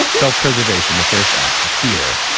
but self-preservation, the first f, fear,